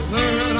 Learn